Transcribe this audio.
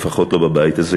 לפחות לא בבית הזה,